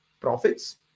profits